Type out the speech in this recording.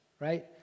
right